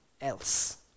else